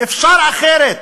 אפשר אחרת.